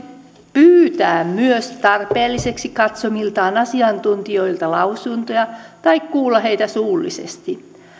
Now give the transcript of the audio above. pyytää myös tarpeelliseksi katsomiltaan asiantuntijoilta lausuntoja tai kuulla heitä suullisesti